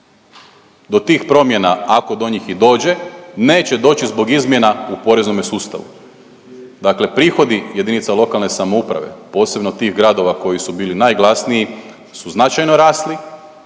do tih promjena ako do njih i dođe neće doći zbog izmjena u poreznome sustavu. Dakle, prihodi jedinica lokalne samouprave posebno tih gradova koji su bili najglasniji su značajno rasli